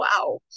wow